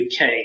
UK